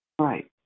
Right